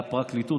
מהפרקליטות,